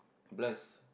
bless